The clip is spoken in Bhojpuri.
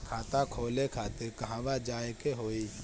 खाता खोले खातिर कहवा जाए के होइ?